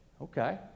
okay